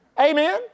Amen